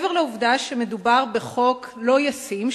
מעבר לעובדה שמדובר בחוק לא ישים,